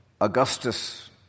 Augustus